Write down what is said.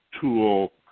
tool